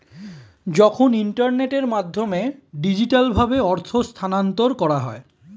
যখন ইন্টারনেটের মাধ্যমে ডিজিটালভাবে অর্থ স্থানান্তর করা হয়